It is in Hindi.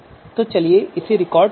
तो चलिए इसे रिकॉर्ड करते हैं